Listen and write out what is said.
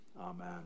Amen